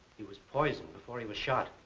he was poisoned before he was shot.